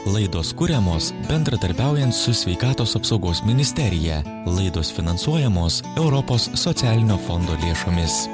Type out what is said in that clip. laidos kuriamos bendradarbiaujant su sveikatos apsaugos ministerija laidos finansuojamos europos socialinio fondo lėšomis